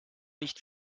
nicht